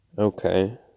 Okay